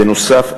בנוסף,